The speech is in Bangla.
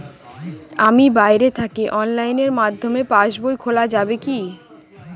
আমি বাইরে থাকি অনলাইনের মাধ্যমে পাস বই খোলা যাবে কি?